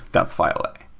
that's file a.